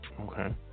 Okay